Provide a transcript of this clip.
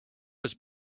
was